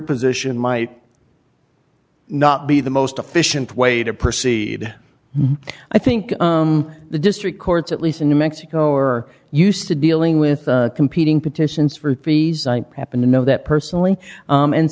position might not be the most efficient way to proceed i think the district courts at least in new mexico are used to dealing with competing petitions for fees i happen to know that personally